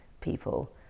people